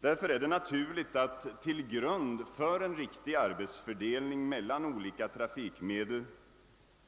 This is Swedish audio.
Därför är det naturligt att till grund för en riktig arbetsfördelning mellan olika trafikmedel,